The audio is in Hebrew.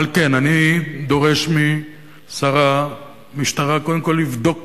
על כן אני דורש משר המשטרה קודם כול לבדוק